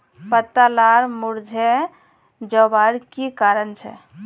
पत्ता लार मुरझे जवार की कारण छे?